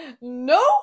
no